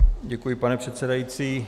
Děkuji, pane předsedající.